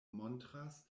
montras